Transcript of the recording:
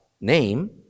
name